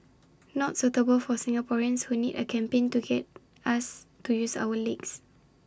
not suitable for Singaporeans who need A campaign to get us to use our legs